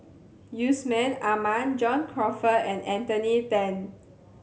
Yusman Aman John Crawfurd and Anthony Then